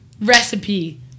recipe